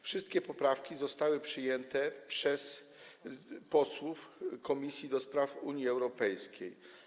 Wszystkie poprawki zostały przyjęte przez posłów Komisji do Spraw Unii Europejskiej.